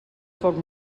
foc